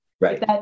Right